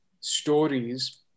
stories